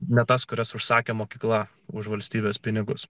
ne tas kurias užsakė mokykla už valstybės pinigus